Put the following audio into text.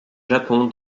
japon